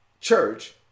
church